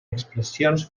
expressions